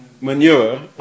manure